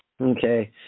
Okay